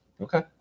okay